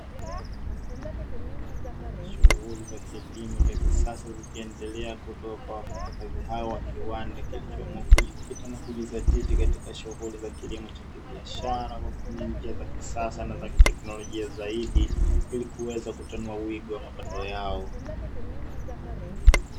Shughuli za kilimo cha kisasa, zikiendelea kutoka kwa wafanyakazi hawa wa kiwanda kilichoamua kujikita na kujizatiti katika shughuli za kilimo cha kibiashara kwa kutumia njia za kisasa, na za kiteknolojia zaidi ili kuweza kutanua uwigo wa mapato yao .